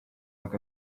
look